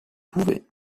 pouvaient